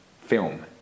film